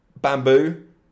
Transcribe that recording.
bamboo